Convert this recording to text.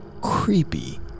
creepy